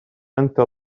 أنت